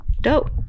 dope